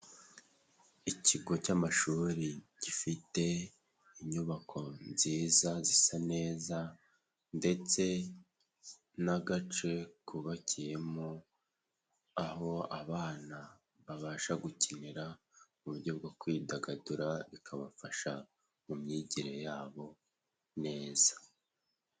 Ikigo cy'amashuri gifite inyubako nziza zisa neza ndetse n'agace kubabakiyemo aho abana babasha gukenera uburyo bwo kwidagadura, bikabafasha mu myigire yabo neza.